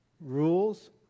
Rules